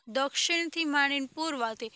દક્ષિણથી માંડીણે પૂર્વથી